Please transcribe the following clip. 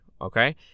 okay